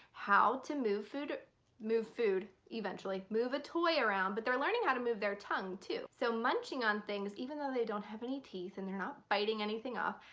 how to move food move food eventually move a toy around but they're learning how to move their tongue, too. so munching on things even though they don't have any teeth and they're not biting anything off,